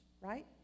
right